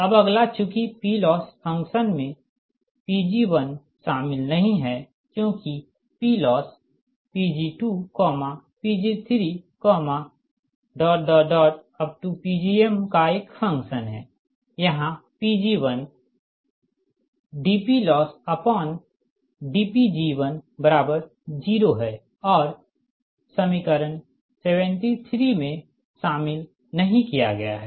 अब अगला चूँकि PLoss फंक्शन में Pg1 शामिल नहीं है क्योंकि PLoss Pg2Pg3Pgm का एक फ़ंक्शन है यहाँ Pg1 dPLossdPg10 हैं और समीकरण 73 में शामिल नहीं किया गया है